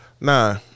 Nah